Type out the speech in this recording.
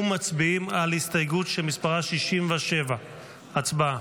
מצביעים על הסתייגות שמספרה 67. הצבעה.